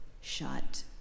shut